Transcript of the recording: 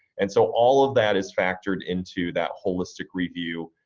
and so all of that is factored into that holistic review,